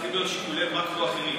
צריכים להיות שיקולי מאקרו אחרים.